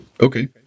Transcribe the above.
okay